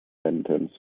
sentence